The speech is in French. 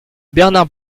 bernard